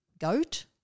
goat